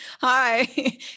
hi